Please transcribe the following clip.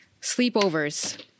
sleepovers